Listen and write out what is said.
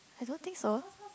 I don't think so